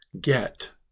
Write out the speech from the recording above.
get